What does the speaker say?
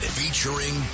featuring